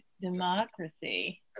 democracy